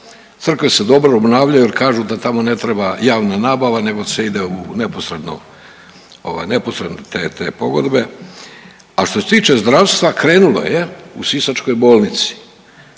Crkve se dobro obnavljaju jer kažu da tamo ne treba javna nabava, nego se ide u neposredno te pogodbe. A što se tiče zdravstva krenulo je u Sisačkoj bolnici,